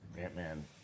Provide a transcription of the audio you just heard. Ant-Man